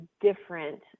different